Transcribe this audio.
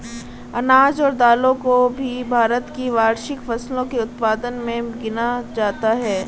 अनाज और दालों को भी भारत की वार्षिक फसलों के उत्पादन मे गिना जाता है